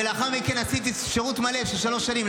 ולאחר מכן עשיתי שירות מלא של שלוש שנים,